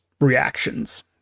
reactions